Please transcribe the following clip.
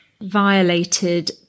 violated